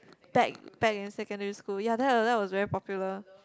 back back in secondary school ya that that was that was very popular